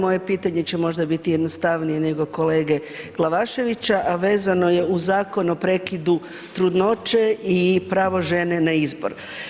Moja pitanje će možda biti jednostavnije nego kolege Glavaševića, a vezano je uz Zakon o prekidu trudnoće i pravo žene na izbor.